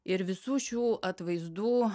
ir visų šių atvaizdų